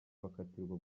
bakatirwa